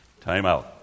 timeout